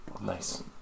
Nice